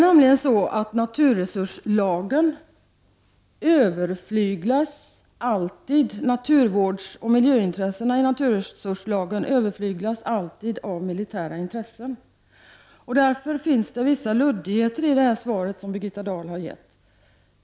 Naturvårdsoch miljöintressena i naturresurslagen överflyglas alltid av militära intressen. Därför finns det vissa luddigheter i det svar som Birgitta Dahl har gett här.